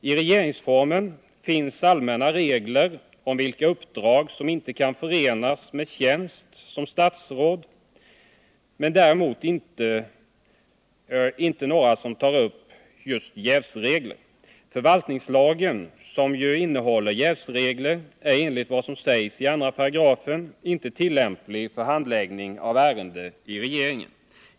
I regeringsformen finns allmänna regler om vilka uppdrag som inte kan förenas med tjänst som statsråd, men däremot finns inte några jävsregler. Förvaltningslagen, som ju innehåller jävsregler, är enligt vad som sägs i 2§ inte tillämplig på handläggning av ärenden i regeringen.